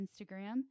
Instagram